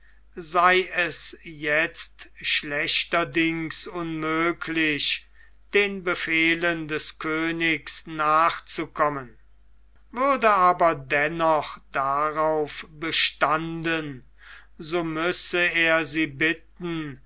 sei es jetzt schlechterdings unmöglich den befehlen des königs nachzukommen würde aber dennoch darauf bestanden so müsse er sie bitten